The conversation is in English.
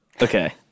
Okay